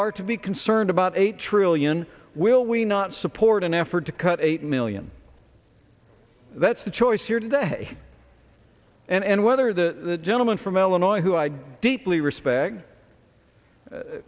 are to be concerned about a trillion will we not support an effort to cut eight million that's the choice here today and whether the gentleman from illinois who i deeply respect